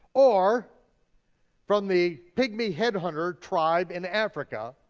or from the pygmy headhunter tribe in africa,